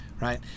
right